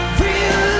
real